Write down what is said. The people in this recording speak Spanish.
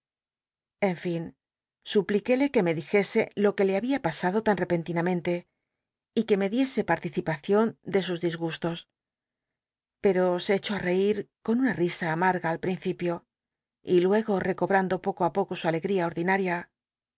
en fin supliquéle ue me dijese lo que le habia pasado tan repenti namente y que me diese participaeion de sus disgustos pero se echó á reir con una risa amarga al principio y luego recobrando poco ü poco su tlegl'ia ordinaria